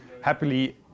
happily